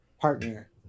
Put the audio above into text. partner